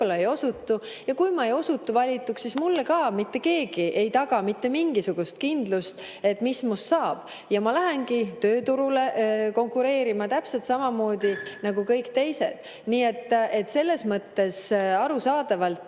Kui ma ei osutu valituks, siis mulle ka mitte keegi ei taga mitte mingisugust kindlust, mis must saab. Ma lähengi tööturule konkureerima täpselt samamoodi nagu kõik teised. Arusaadavalt